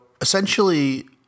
essentially